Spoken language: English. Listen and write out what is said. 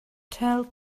tell